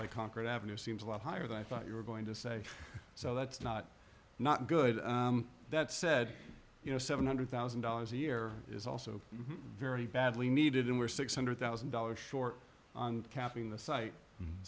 by concord avenue seems a lot higher than i thought you were going to say so that's not not good that said you know seven hundred thousand dollars a year is also very badly needed and we're six hundred thousand dollars short on capping the site